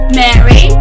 mary